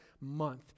month